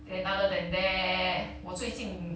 and other than that 我最近